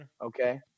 okay